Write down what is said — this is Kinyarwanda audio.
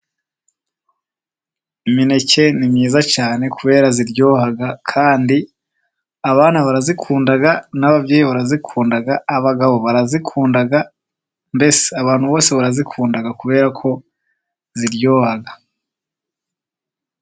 Imineke ni myiza cyane kubera ziryoha, kandi abana barazikunda, n'ababyeyi barazikunda, abagabo barazikunda, mbese abantu bose barazikunda kubera ko ziryoha.